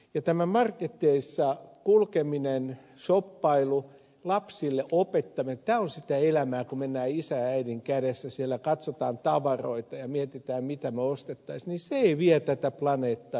ja tämä marketeissa kulkeminen shoppailu sen opettaminen lapsille että tämä on sitä elämää että mennään käsi isän ja äidin kädessä katsomaan tavaroita ja mietitään mitä ostettaisiin ei vie tätä planeettaa ed